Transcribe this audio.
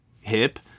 hip